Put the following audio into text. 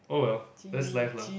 oh well that's life lah